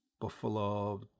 Buffalo